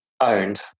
owned